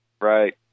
right